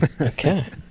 okay